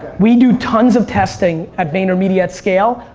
we do tons of testing at vaynermedia at scale.